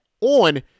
on